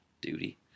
duty